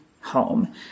home